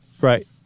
Right